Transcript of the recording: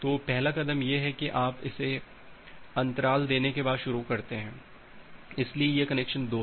तो पहला कदम यह है कि आप इसे अंतराल देने के बाद शुरू करते हैं इसलिए यह कनेक्शन 2 है